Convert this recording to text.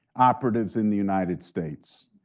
operatives in the united states.